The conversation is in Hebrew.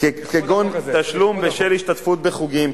כגון תשלום בשל השתתפות בחוגים,